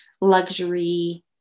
luxury